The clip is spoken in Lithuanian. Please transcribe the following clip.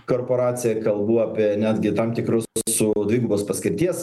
korporaciją kalbu apie netgi tam tikrus su dvigubos paskirties